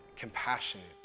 compassionate